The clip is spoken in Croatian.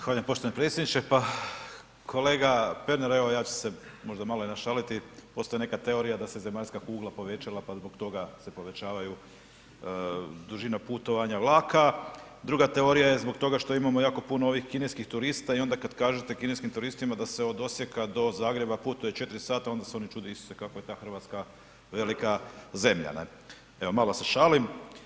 Zahvaljujem poštovani predsjedniče, pa kolega Pernar, evo ja ću se možda malo i našaliti, postoji neka teorija da se zemaljska kugla povećala, pa zbog toga se povećavaju dužina putovanja vlaka, druga teorija je zbog toga što imamo jako puno ovih kineskih turista i onda kad kažete kineskim turistima da se od Osijeka do Zagreba putuje 4 sata onda se oni čude, Isuse kakva je ta RH velika zemlja ne, evo malo se šalim.